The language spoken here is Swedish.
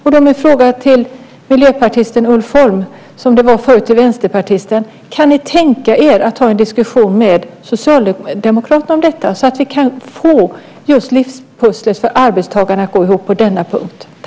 Då är min fråga till miljöpartisten Ulf Holm som förut till vänsterpartisten: Kan ni tänka er att ha en diskussion med Socialdemokraterna om detta så att vi kan få just livspusslet för arbetstagarna att gå ihop på denna punkt?